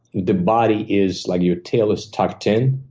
the body is like your tail is tucked in,